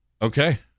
Okay